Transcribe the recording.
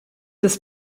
des